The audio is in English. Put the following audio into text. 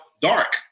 dark